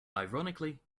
ironically